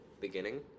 beginning